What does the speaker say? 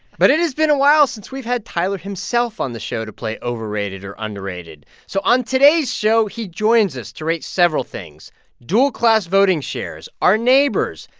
but it has been a while since we've had tyler himself on the show to play overrated or underrated. so on today's show, he joins us to rate several things dual-class voting shares, our neighbors,